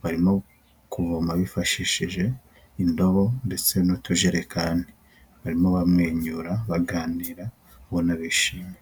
barimo kuvoma bifashishije indobo ndetse n'utujerekani barimo bamwenyura baganira jubona bishimye.